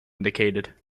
indicated